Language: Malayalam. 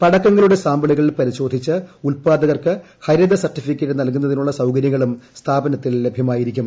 പടക്കങ്ങളുടെ സാമ്പിളുകൾ പരിശോധിച്ച് ഉല്പാദകർക്ക് ഹരിത സർട്ടിഫിക്കറ്റ് നൽകുന്നതിനുള്ള സൌകരൃങ്ങളും സ്ഥാപനത്തിൽ ലഭ്യമായിരിക്കും